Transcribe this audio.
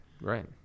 right